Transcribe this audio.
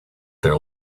there